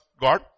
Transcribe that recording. God